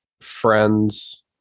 friends